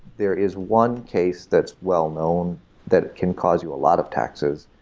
there is one case that's well-known that can cause you a lot of taxes,